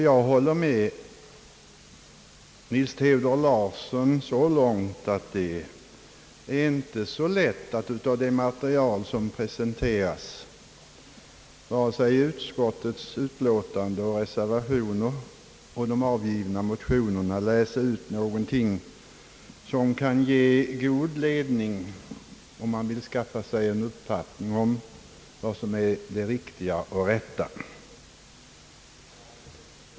Jag håller med herr Nils Theodor Larsson så långt att det inte är lätt att ur det material, som presenterats både i utskottets utlåtande, i reservationerna och i de avgivna motionerna, läsa ut någonting som kan ge god ledning, om man vill skaffa sig en uppfattning om vad som är det riktiga och rätta.